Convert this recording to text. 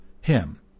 Him